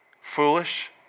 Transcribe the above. foolish